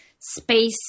space